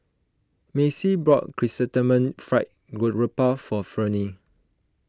Macy brought Chrysanthemum Fried Garoupa for Ferne